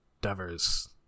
Devers